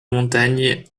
montagne